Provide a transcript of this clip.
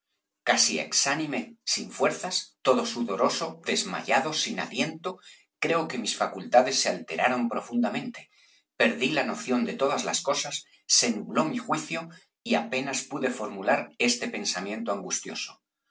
casi exánime sin fuerzas todo sudoroso desmayado sin aliento creo que mis facultades se alteraron profundamente perdí la noción de todas las cosas se nubló mi juicio y apenas pude formular este pensamiento angustioso